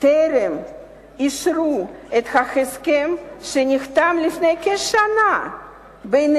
טרם אישרו את ההסכם שנחתם לפני כשנה בין